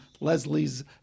Leslie's